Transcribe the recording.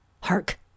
Hark